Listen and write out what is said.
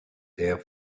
there